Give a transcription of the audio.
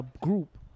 group